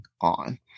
on